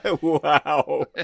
Wow